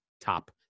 top